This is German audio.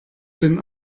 den